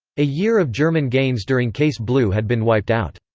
a year of german gains during case blue had been wiped out.